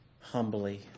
humbly